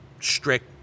strict